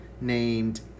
named